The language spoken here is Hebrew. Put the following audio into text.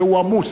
שהוא עמוס.